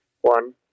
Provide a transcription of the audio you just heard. One